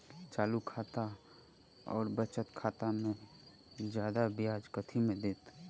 चालू खाता आओर बचत खातामे जियादा ब्याज कथी मे दैत?